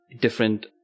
different